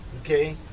Okay